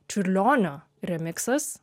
čiurlionio remiksas